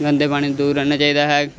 ਗੰਦੇ ਪਾਣੀ ਤੋਂ ਦੂਰ ਰਹਿਣਾ ਚਾਹੀਦਾ ਹੈ